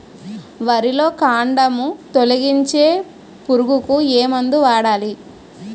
వరిలో కాండము తొలిచే పురుగుకు ఏ మందు వాడాలి?